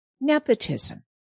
nepotism